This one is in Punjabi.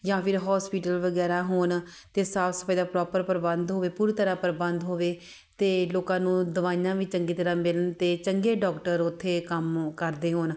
ਜਾਂ ਫਿਰ ਹੋਸਪੀਟਲ ਵਗੈਰਾ ਹੋਣ ਅਤੇ ਸਾਫ਼ ਸਫਾਈ ਦਾ ਪ੍ਰੋਪਰ ਪ੍ਰਬੰਧ ਹੋਵੇ ਪੂਰੀ ਤਰ੍ਹਾਂ ਪ੍ਰਬੰਧ ਹੋਵੇ ਅਤੇ ਲੋਕਾਂ ਨੂੰ ਦਵਾਈਆਂ ਵੀ ਚੰਗੀ ਤਰ੍ਹਾਂ ਮਿਲਣ ਅਤੇ ਚੰਗੇ ਡੌਕਟਰ ਉੱਥੇ ਕੰਮ ਕਰਦੇ ਹੋਣ